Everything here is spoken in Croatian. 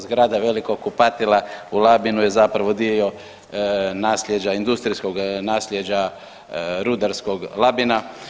Zgrada velikog kupatila u Labinu je zapravo dio nasljeđa, industrijskog nasljeđa rudarskog Labina.